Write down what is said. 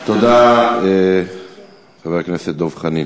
תודה, חבר הכנסת דב חנין.